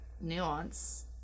nuance